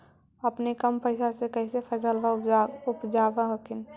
अपने कम पैसा से कैसे फसलबा उपजाब हखिन?